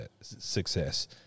success